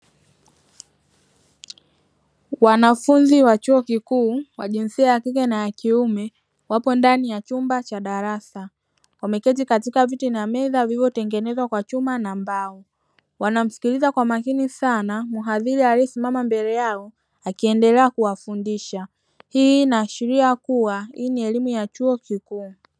Wanafunzi wa chuo kikuu wa jinsia ya kike na ya kiume wapo ndani ya chumba cha darasa wameketi katika viti na meza viliyotengenezwa kwa chuma na mbao wanamsikiliza kwa makini sana mhadhiri aliyesimama mbele yao akiendelea kuwafundisha, hii inaashiria kuwa hii ni elimu ya chuo kikuu.